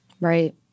Right